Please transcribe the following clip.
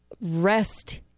rest